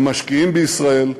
הם משקיעים בישראל.